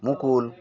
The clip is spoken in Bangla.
মুকুল